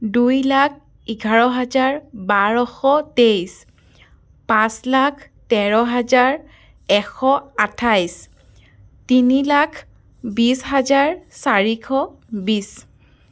দুই লাখ এঘাৰ হাজাৰ বাৰশ তেইছ পাঁচ লাখ তেৰ হাজাৰ এশ আঠাইছ তিনি লাখ বিশ হাজাৰ চাৰিশ বিশ